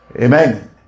Amen